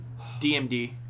DMD